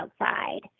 outside